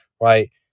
right